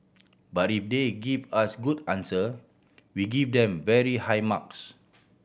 but if they give us good answer we give them very high marks